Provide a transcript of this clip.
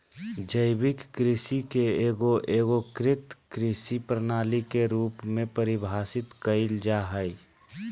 जैविक कृषि के एगो एगोकृत कृषि प्रणाली के रूप में परिभाषित कइल जा हइ